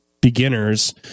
beginners